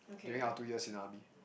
during our two years in army